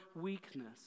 weakness